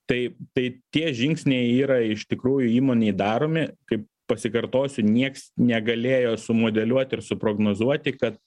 tai tai tie žingsniai yra iš tikrųjų įmonei daromi kaip pasikartosiu nieks negalėjo sumodeliuot ir suprognozuoti kad